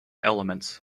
elements